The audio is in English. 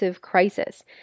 crisis